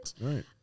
Right